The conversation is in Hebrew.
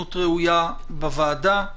התדיינות ראויה בוועדה,